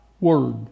word